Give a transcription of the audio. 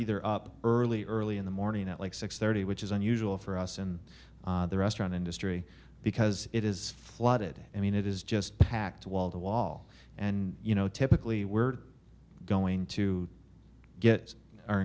either up early early in the morning at like six thirty which is unusual for us and the restaurant industry because it is flooded i mean it is just packed wall to wall and you know typically we're going to get our